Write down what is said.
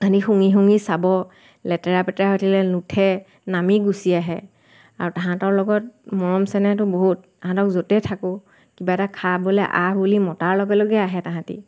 তাহাঁতি শুঙি শুঙি চাব লেতেৰা পেতেৰা হৈ থাকিলে নুঠে নামি গুচি আহে আৰু তাহাঁতৰ লগত মৰম চেনেহটো বহুত তাহাঁতক য'তেই থাকোঁ কিবা এটা খাবলৈ আহ বুলি মতাৰ লগে লাগে আহে তাহাঁতি